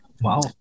Wow